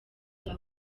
bya